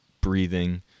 breathing